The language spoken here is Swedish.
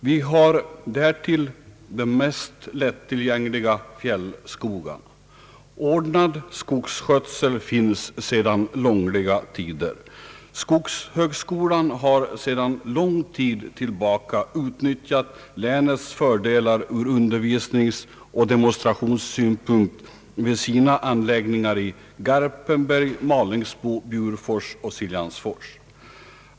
Vi har därtill de mest lättillgängliga fjällskogarna. Ordnad skogsskötsel finns sedan långliga tider. Skogshögskolan har sedan lång tid tillbaka utnyttjat länets fördelar ur undervisningsoch demonstrationssynpunkt vid sina anläggningar i Garpenberg, Malingsbo, Bjurfors och Siljansfors.